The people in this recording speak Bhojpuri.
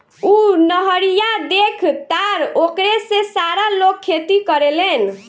उ नहरिया देखऽ तारऽ ओकरे से सारा लोग खेती करेलेन